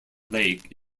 lake